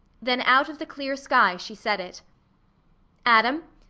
then out of the clear sky she said it adam,